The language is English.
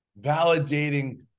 validating